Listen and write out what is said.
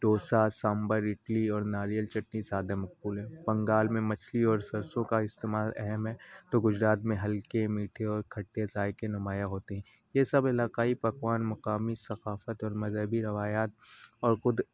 ڈوسا سامبر اڈلی اور ناریل چٹنی سادہ مقبول ہے بنگال میں مچھلی اور سرسوں کا استعمال اہم ہے تو گجرات میں ہلکے میٹھے اور کھٹے ذائقے کے نمایاں ہوتے ہیں یہ سب علاقائی پکوان مقامی ثقافت اور مذہبی روایات اور خود